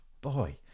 boy